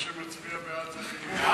מי שמצביע בעד, זה לחינוך?